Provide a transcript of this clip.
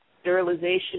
sterilization